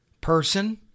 person